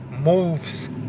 moves